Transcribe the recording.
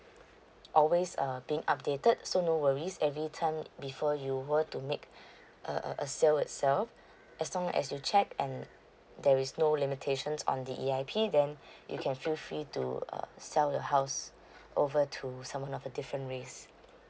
always um being updated so no worries every time um before you were to make a a sales itself as long as you check and there is no limitations on the E_I_P then you can feel free to uh sell the house over to someone of a different race